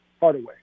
Hardaway